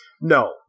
No